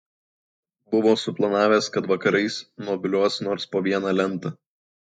buvo suplanavęs kad vakarais nuobliuos nors po vieną lentą